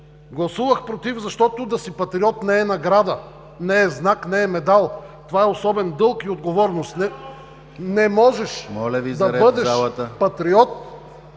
Гласувах „против“, защото да си патриот не е награда, не е знак, не е медал, това е особен дълг и отговорност. (Шум и реплики.)